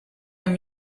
and